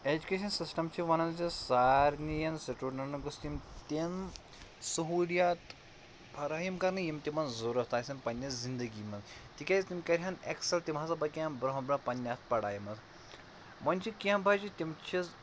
education system چھِ وَنان زِ سارنِین سٹوڈنٛٹن گوٚژھ تِم تِم سہوٗلِیات فرٲہم کَرنہٕ یِم تِمن ضوٚرَتھ آسن پنٛنہِ زندگی منٛز تِکیٛازِ تِم کَرِہَن اٮ۪کسل تِم ہسا بکٮ۪ن برٛونٛہہ برٛونٛہہ پنٛنہِ اَتھ پڑایے منٛز وۄنۍ چھِ کیٚنٛہہ بَجہِ تِم چھِز